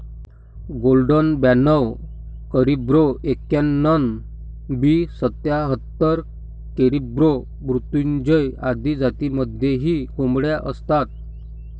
golden ब्याणव Caribro एक्याण्णण, B सत्याहत्तर, कॅरिब्रो मृत्युंजय आदी जातींमध्येही कोंबड्या असतात